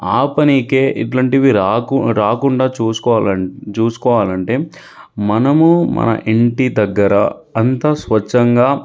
ఆపడానికి ఇట్లాంటివి రాకు రాకుండా చూసుకోవా చూసుకోవాలంటే మనము మన ఇంటి దగ్గర అంతా స్వచ్ఛంగా